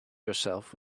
yourself